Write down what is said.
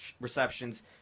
receptions